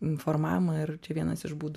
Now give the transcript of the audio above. informavimą ir čia vienas iš būdų